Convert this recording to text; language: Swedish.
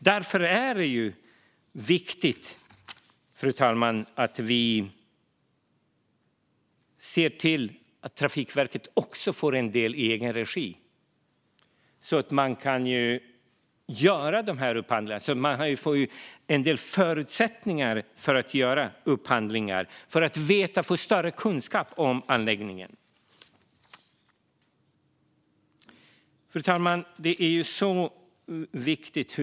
Därför är det viktigt, fru talman, att vi ser till att Trafikverket får en del i egen regi så att man får större kunskap om anläggningen och bättre förutsättningar att göra upphandlingarna. Fru talman! Vi investerar mycket, och det är viktigt.